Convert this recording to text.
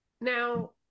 Now